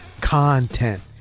Content